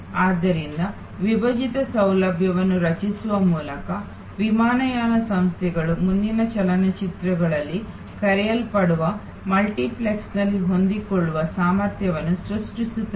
ಆದ್ದರಿಂದ ವಿಭಜಿತ ಸೌಲಭ್ಯಗಳನ್ನು ರಚಿಸುವ ಮೂಲಕ ವಿಮಾನಯಾನ ಸಂಸ್ಥೆಗಳು ಮುಂದಿನ ಚಲನಚಿತ್ರಗಳಲ್ಲಿ ಕರೆಯಲ್ಪಡುವ ಮಲ್ಟಿಪ್ಲೆಕ್ಸ್ಗಳಲ್ಲಿ ಹೊಂದಿಕೊಳ್ಳುವ ಸಾಮರ್ಥ್ಯವನ್ನು ಸೃಷ್ಟಿಸುತ್ತವೆ